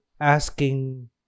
asking